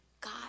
God